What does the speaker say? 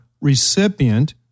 recipient